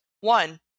One